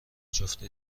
جفت